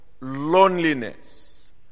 loneliness